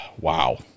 wow